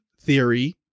theory